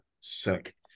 sick